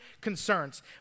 concerns